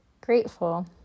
grateful